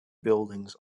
buildings